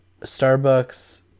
Starbucks